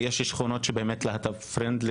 יש בחיפה שכונות שהן להט״ב Friendly,